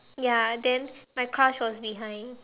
ya then my crush was behind